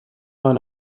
man